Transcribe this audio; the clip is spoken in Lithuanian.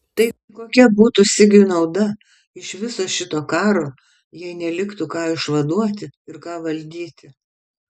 tai kokia būtų sigiui nauda iš viso šito karo jei neliktų ką išvaduoti ir ką valdyti